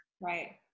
Right